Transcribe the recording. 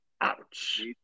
Ouch